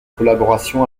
collaboration